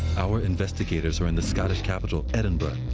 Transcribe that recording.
our investigators are in the scottish capital, edinburgh,